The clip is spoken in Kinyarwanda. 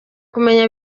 kumenya